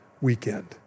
weekend